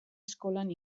eskolan